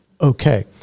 okay